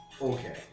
Okay